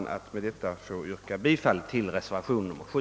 Med det anförda ber jag få yrka bifall till reservationen 7.